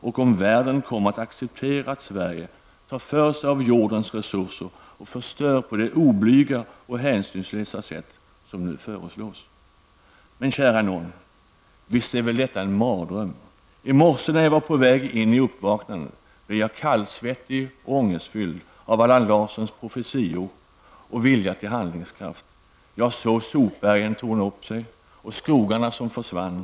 Och kommer världen att acceptera att Sverige tar för sig av jordens resurser och förstör på det oblyga och hänsynslösa sätt som nu föreslås? Men kära nån! Visst är väl detta en mardröm! I morse när jag var på väg in i uppvaknandet blev jag kallsvettig och ångestfylld av Allan Larssons profetior och vilja till handlingskraft. Jag såg sopbergen torna upp sig och skogar försvinna.